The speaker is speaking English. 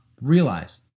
Realize